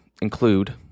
include